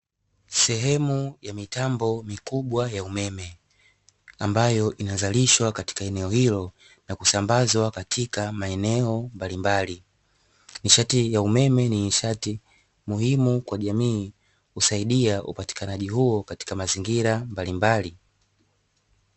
Sehemu ya mitambo mikubwa ya umeme ambayo inazalishwa katika eneo hilo na kusambazwa katika maeneo mbalimbali. Nishati ya umeme ni nishati muhimu kwa jamii, husaidia upatikanaji huo katika mazingira mbalimbali.